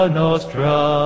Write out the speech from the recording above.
nostra